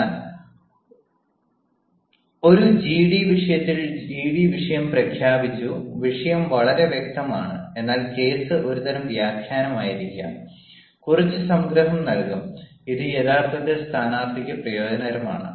എന്നാൽ ഒരു ജിഡിവിഷയത്തിൽ ജിഡി വിഷയം പ്രഖ്യാപിച്ചു വിഷയം വളരെ വ്യക്തമാണ് എന്നാൽ കേസ് ഒരുതരം വ്യാഖ്യാനമായിരിക്കാം കുറച്ച് സംഗ്രഹം നൽകും ഇത് യഥാർത്ഥത്തിൽ സ്ഥാനാർത്ഥിക്ക് പ്രയോജനകരമാണ്